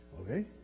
Okay